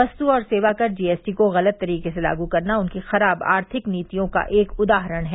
वस्त और सेवा कर जीएसटी को गलत तरीके से लागू करना उनकी खराब आर्थिक नीतियों का एक उदाहरण है